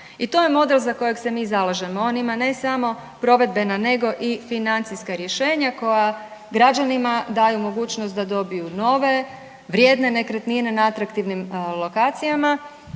I to je model za kojeg se mi zalažemo. On ima ne samo provedba nego i financijska rješenja koja građanima daju mogućnost da dobiju nove, vrijedne nekretnine na atraktivnim lokacijama,